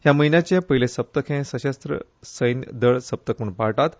ह्या म्हयन्याचें पयलें सप्तक हें सशस्त्र सैन्य दळ सप्तक म्हूण पाळटात